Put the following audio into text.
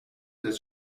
des